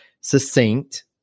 succinct